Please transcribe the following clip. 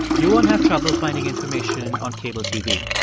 you won't have trouble finding information on cable tv.